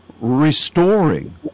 restoring